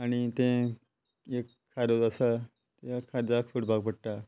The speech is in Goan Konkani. आनी ते खारज आसा त्या खारजाक सोडपाक पडटा